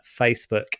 Facebook